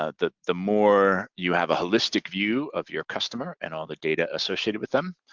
ah the the more you have a holistic view of your customer and all the data associated with them,